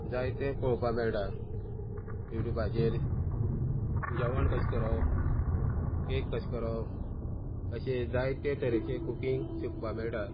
जायते पळोवपा मेळटा युट्यूबाचेर जेवण कशें करप केक कशें करप अशें जायते तरेचे कुकींग शिकपा मेळटा